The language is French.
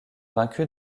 vaincus